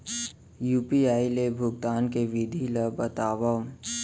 UPI ले भुगतान के विधि ला बतावव